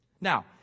Now